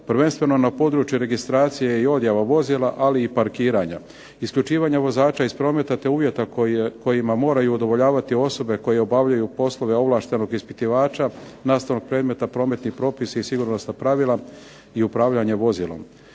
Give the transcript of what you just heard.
prvenstveno na području registracije i odjave vozila, ali i parkiranja, isključivanje vozača iz prometa te uvjeta kojima moraju udovoljavati osobe koje obavljaju poslove ovlaštenog ispitivača, nastavnog predmeta Prometni propisi i sigurnosna pravila i upravljanje vozilom.